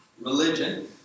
religion